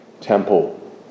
temple